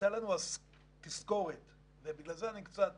הייתה לנו תזכורת ובגלל זה אני קצת